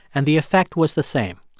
and the effect was the same.